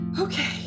Okay